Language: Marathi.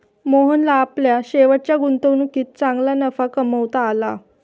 मोहनला आपल्या शेवटच्या गुंतवणुकीत चांगला नफा कमावता आला